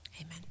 amen